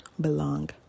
belong